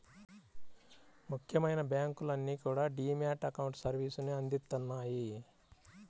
ముఖ్యమైన బ్యాంకులన్నీ కూడా డీ మ్యాట్ అకౌంట్ సర్వీసుని అందిత్తన్నాయి